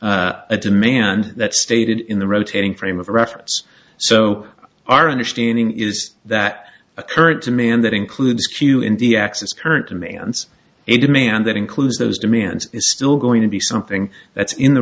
clearly a demand that stated in the rotating frame of reference so our understanding is that occurred to me and that includes q in the axis current demands a demand that includes those demands is still going to be something that's in the